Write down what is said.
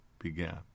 began